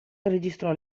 registrò